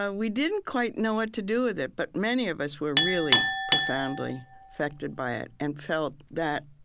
ah we didn't quite know what to do with it, but many of us were really profoundly affected by it and felt that,